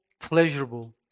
pleasurable